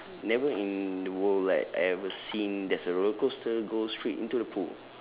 never in the world like I ever seen there's a rollercoaster go straight into the pool